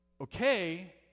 okay